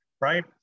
right